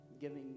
giving